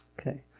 Okay